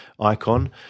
icon